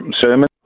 sermon